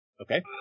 Okay